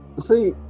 See